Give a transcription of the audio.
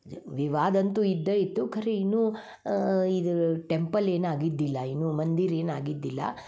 ವಿವಾದಂತು ಇದ್ದೇ ಇತ್ತು ಖರೆ ಇನ್ನೂ ಇದು ಟೆಂಪಲ್ ಏನಾಗಿದ್ದಿಲ್ಲ ಇನ್ನೂ ಮಂದಿರ ಏನಾಗಿದ್ದಿಲ್ಲ